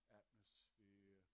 atmosphere